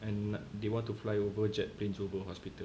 and they want to fly jet planes over hospital